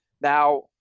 now